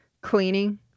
Cleaning